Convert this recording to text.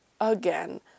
again